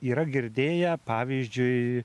yra girdėję pavyzdžiui